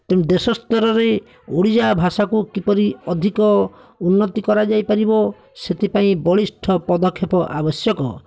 ତେଣୁ ଦେଶ ସ୍ତରରେ ଓଡ଼ିଶା ଭାଷାକୁ କିପରି ଅଧିକ ଉନ୍ନତି କରାଯାଇପାରିବ ସେଥିପାଇଁ ବଳିଷ୍ଠ ପଦକ୍ଷେପ ଆବଶ୍ୟକ